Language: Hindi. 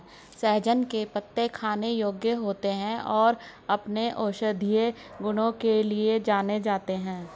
सहजन के पत्ते खाने योग्य होते हैं और अपने औषधीय गुणों के लिए जाने जाते हैं